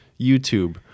YouTube